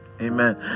amen